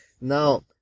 Now